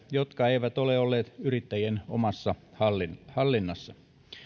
jotka eivät ole olleet yrittä jien omassa hallinnassa